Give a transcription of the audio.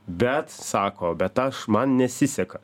bet sako bet aš man nesiseka